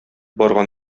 барган